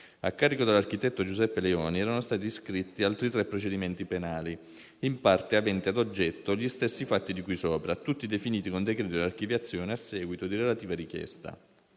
A carico dell'architetto Giuseppe Leoni erano stati iscritti altri tre procedimenti penali, in parte aventi ad oggetto gli stessi fatti di cui sopra, tutti definiti con decreto di archiviazione a seguito di relativa richiesta.